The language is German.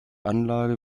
anlage